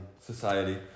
Society